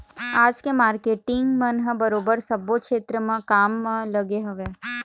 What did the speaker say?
आज के मारकेटिंग मन ह बरोबर सब्बो छेत्र म काम म लगे हवँय